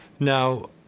Now